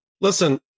Listen